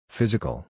Physical